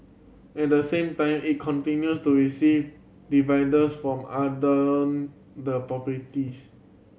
at the same time it continues to receive dividends from other the properties